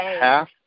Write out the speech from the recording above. half